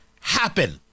happen